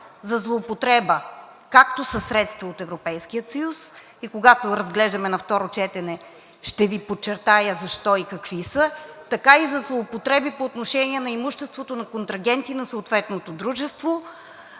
за злоупотреба както със средства от Европейския съюз и когато разглеждаме на второ четене ще Ви подчертая защо и какви са, така и за злоупотреби по отношение на имуществото на контрагенти на съответното дружество.